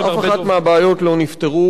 אף אחת מהבעיות לא נפתרה,